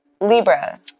Libra